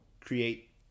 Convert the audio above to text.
create